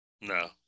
No